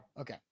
Okay